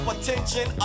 attention